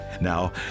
now